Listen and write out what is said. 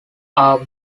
are